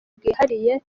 bwihariye